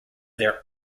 their